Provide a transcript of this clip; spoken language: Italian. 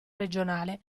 regionale